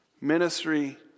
Ministry